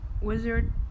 wizard